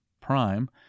Prime